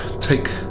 take